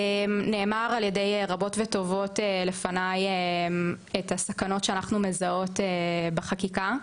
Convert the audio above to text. נאמר על ידי רבות וטובות לפניי את הסכנות שאנחנו מזהות בחקיקה.